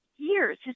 years